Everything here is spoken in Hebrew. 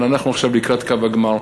אבל אנחנו עכשיו לקראת קו הגמר.